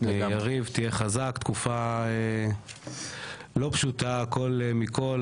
יריב תהיה חזק תקופה לא פשוטה כל מכל